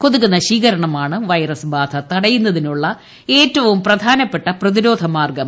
കൊതുക് നശീകരണമാണ് വൈറസ് ബാധ തടയുന്നതിനുള്ള ഏറ്റവും പ്രധാനപ്പെട്ട പ്രതിരോധ മാർഗ്ഗം